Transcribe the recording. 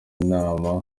nama